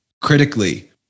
critically